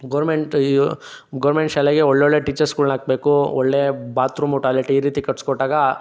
government ಇವು government ಶಾಲೆಗೆ ಒಳ್ಳೊಳ್ಳೆ ಟೀಚರ್ಸ್ಗಳನ್ನ ಹಾಕಬೇಕು ಒಳ್ಳೆ ಬಾತ್ರೂಮು ಟಾಯ್ಲೆಟು ಈ ರೀತಿ ಕಟ್ಟಿಸ್ಕೊಟ್ಟಾಗ